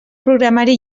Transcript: programari